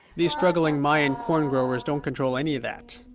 the struggling mayan corn growers don't control any of that.